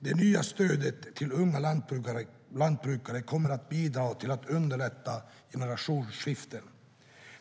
Det nya stödet till unga lantbrukare kommer att bidra till att underlätta generationsskiften.